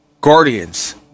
guardians